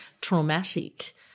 traumatic